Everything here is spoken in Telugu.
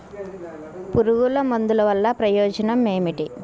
పురుగుల మందుల వల్ల ప్రయోజనం ఏమిటీ?